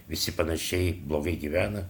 visi panašiai blogai gyvena